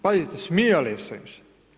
Pazite smijali su im se.